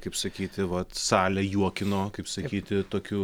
kaip sakyti vat salę juokino kaip sakyti tokiu